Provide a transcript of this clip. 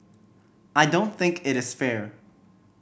I don't think it is fair